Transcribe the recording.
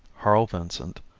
harl vincent,